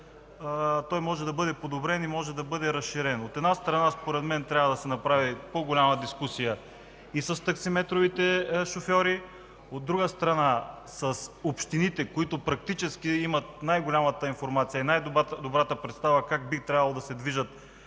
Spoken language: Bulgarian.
Той може да бъде подобрен и разширен. От една страна, според мен трябва да се направи по-голяма дискусия и с таксиметровите шофьори, от друга страна, и с общините, които практически имат най-голямата информация и най-добрата представа как би трябвало да се движи